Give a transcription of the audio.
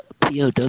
POW